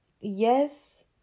Yes